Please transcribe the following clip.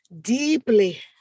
deeply